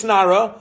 Nara